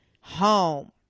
home